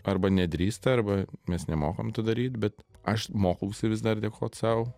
arba nedrįsta arba mes nemokam to daryt bet aš mokausi vis dar dėkot sau